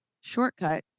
Shortcut